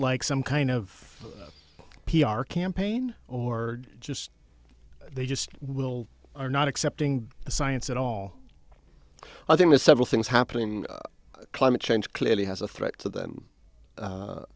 like some kind of p r campaign or just they just will are not accepting the science at all i think there's several things happening climate change clearly has a threat to them